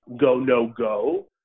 go-no-go